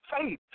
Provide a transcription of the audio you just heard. faith